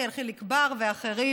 יחיאל חיליק בר ואחרים.